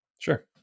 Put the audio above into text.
Sure